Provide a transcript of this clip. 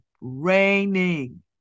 raining